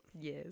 Yes